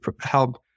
help